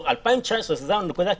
ב-2019, שזאת הנקודה הקריטית,